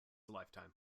lifetime